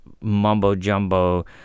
mumbo-jumbo